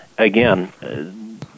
Again